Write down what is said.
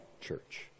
church